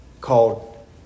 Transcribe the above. called